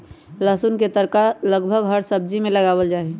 लहसुन के तड़का लगभग हर सब्जी में लगावल जाहई